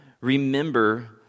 remember